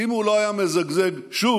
אם הוא לא היה מזגזג שוב,